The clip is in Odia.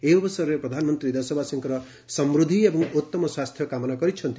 ଏହି ଅବସରରେ ପ୍ରଧାନମନ୍ତ୍ରୀ ଦେଶବାସୀଙ୍କର ସମୃଦ୍ଧି ଏବଂ ଉତ୍ତମ ସ୍ୱାସ୍ଥ୍ୟ କାମନା କରିଛନ୍ତି